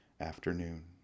afternoon